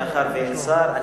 מאחר שאין שר.